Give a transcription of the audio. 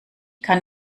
kann